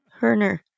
Herner